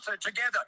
together